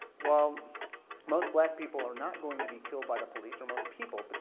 while most black people are not going to be killed by the police, or most people, but